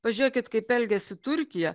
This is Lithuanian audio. pažiūrėkit kaip elgiasi turkija